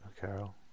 Carol